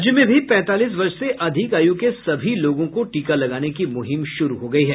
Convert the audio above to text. राज्य में भी पैंतालीस वर्ष से अधिक आयु के सभी लोगों को टीका लगाने की मुहिम शुरू हो गयी है